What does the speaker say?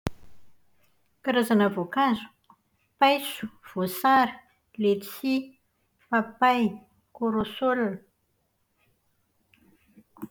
Karazana voankazo. Paiso, voasary, letchi, papay, korosolina.